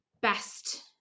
best